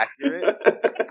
accurate